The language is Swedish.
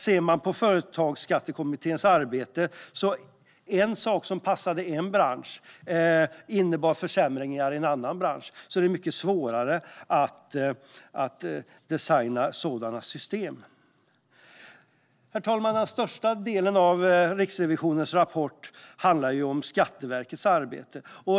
I Företagsskattekommitténs arbete visade det sig att något som passade en bransch innebar försämringar i en annan bransch, så det är mycket svårare att designa sådana system. Herr talman! Den största delen av Riksrevisionens rapport handlar om Skatteverkets arbete.